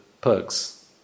perks